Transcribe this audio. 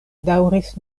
daŭris